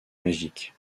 magiques